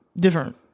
different